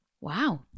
wow